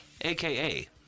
AKA